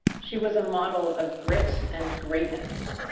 she was a model of grit and greatness.